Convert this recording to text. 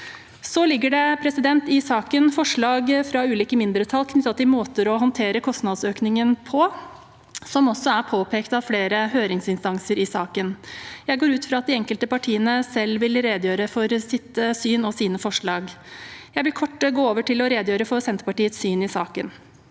ligger det forslag fra ulike mindretall knyttet til måter å håndtere kostnadsøkningen på – som også er påpekt av flere høringsinstanser i saken. Jeg går ut fra at de enkelte partiene selv vil redegjøre for sitt syn og sine forslag. Jeg vil gå over til å redegjøre kort for Senterpartiets syn i saken.